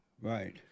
Right